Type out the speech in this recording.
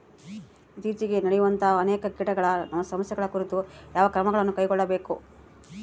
ಇತ್ತೇಚಿಗೆ ನಡೆಯುವಂತಹ ಅನೇಕ ಕೇಟಗಳ ಸಮಸ್ಯೆಗಳ ಕುರಿತು ಯಾವ ಕ್ರಮಗಳನ್ನು ಕೈಗೊಳ್ಳಬೇಕು?